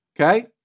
okay